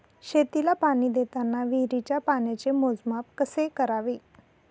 शेतीला पाणी देताना विहिरीच्या पाण्याचे मोजमाप कसे करावे?